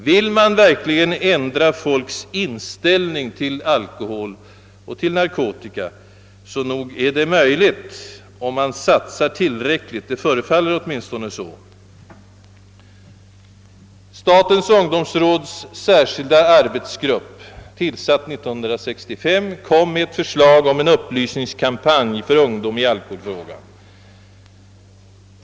Vill man verkligen — låt vara bara något litet — ändra folks inställning till alkohol och till narkotika är detta också sannolikt möjligt, om man satsar tillräckligt. Det förefaller åtminstone så. Statens ungdomsråds särskilda arbetsgrupp, tillsatt år 1965, lade fram ett förslag om en upplysningskampanj i alkoholfrågan för ungdom.